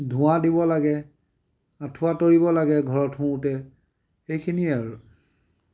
ধোঁৱা দিব লাগে আঁঠুৱা তৰিব লাগে ঘৰত শুওতে এইখিনিয়ে আৰু